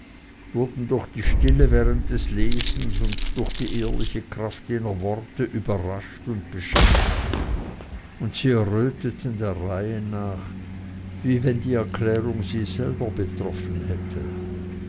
wurden durch die stille während des lesens und durch die ehrliche kraft jener worte überrascht und beschämt und sie erröteten der reihe nach wie wenn die erklärung sie selber betroffen hätte